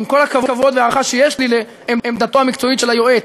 עם כל הכבוד וההערכה שיש לי לעמדתו המקצועית של היועץ,